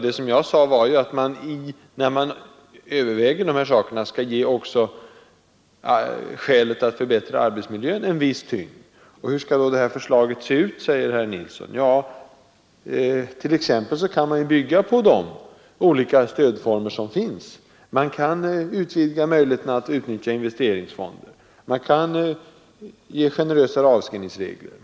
Det jag sade var att när man överväger dessa saker skall också skälet att förbättra arbetsmiljön ha en viss tyngd. Hur skall då det här förslaget se ut, undrar herr Nilsson. Man kan t.ex. bygga på de olika stödformer som finns. Man kan utvidga möjligheterna att utnyttja investeringsfonder. Man kan ha generösare avskrivningsregler.